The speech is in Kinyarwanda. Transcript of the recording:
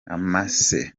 amase